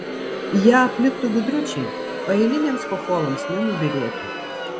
ją apliptų gudručiai o eiliniams chocholams nenubyrėtų